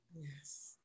Yes